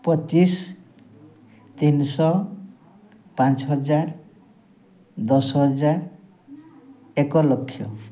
ପଚିଶ ତିନିଶହ ପାଞ୍ଚ ହଜାର ଦଶ ହଜାର ଏକ ଲକ୍ଷ